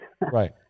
Right